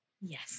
Yes